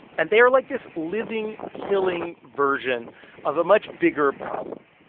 and they are, like, this living, killing version of a much bigger problem.